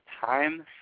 Time